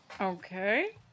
Okay